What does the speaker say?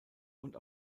und